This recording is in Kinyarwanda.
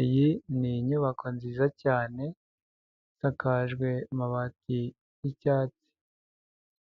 Iyi ni inyubako nziza cyane, isakajwe amabati y'icyatsi,